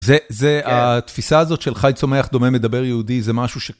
זה התפיסה הזאת של חי צומח, דומם, מדבר יהודי, זה משהו ש...